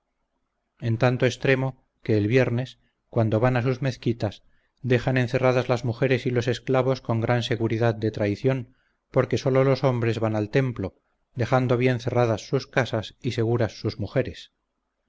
en tanto extremo que el viernes cuando van a sus mezquitas dejan encerradas las mujeres y los esclavos con gran seguridad de traición porque sólo los hombres van al templo dejando bien cerradas sus casas y seguras sus mujeres